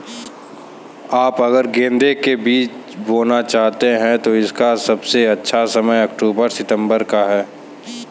आप अगर गेंदे के बीज बोना चाहते हैं तो इसका सबसे अच्छा समय अक्टूबर सितंबर का है